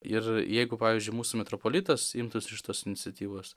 ir jeigu pavyzdžiui mūsų metropolitas imtųsi šitos iniciatyvos